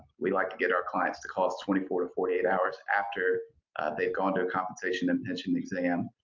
we like to get our clients to call us twenty four to forty eight hours after they've gone to a compensation and pension exam,